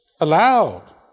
allowed